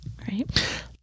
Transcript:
Right